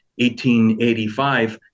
1885